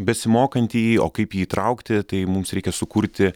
besimokantįjį o kaip jį įtraukti tai mums reikia sukurti